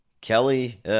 Kelly